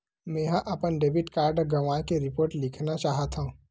मेंहा अपन debit card गवाए के रिपोर्ट लिखना चाहत हव